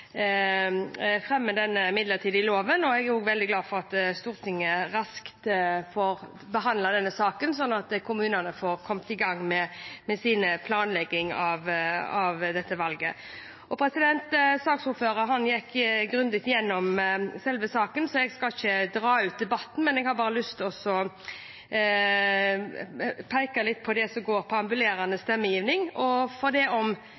fremmer denne midlertidige loven. Jeg er også veldig glad for at Stortinget raskt får behandlet denne saken, slik at kommunene får kommet i gang med sin planlegging av valget. Saksordføreren gikk grundig gjennom selve saken, så jeg skal ikke dra ut debatten, men jeg har lyst til å peke på det som går på antall stemmemottakere ved ambulerende stemmegivning. Selv om alle håper en skal kunne klare å få til at det